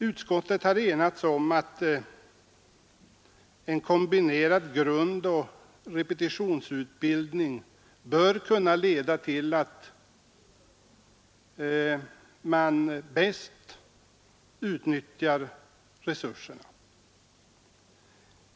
Majoriteten har enats om att en kombinerad grundoch repetitionsutbildning bör kunna leda till att man bäst utnyttjar förbandets resurser.